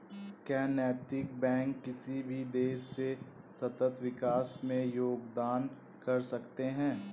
क्या नैतिक बैंक किसी भी देश के सतत विकास में योगदान कर सकते हैं?